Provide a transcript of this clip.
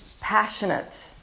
passionate